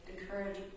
encourage